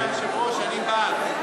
אדוני היושב-ראש, אני בעד.